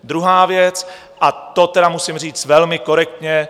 Druhá věc a to tedy musím říct velmi korektně.